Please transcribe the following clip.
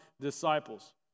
disciples